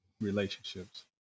relationships